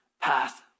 path